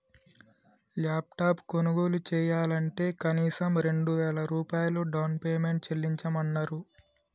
laptop కొనుగోలు చెయ్యాలంటే కనీసం రెండు వేల రూపాయలు డౌన్ పేమెంట్ చెల్లించమన్నరు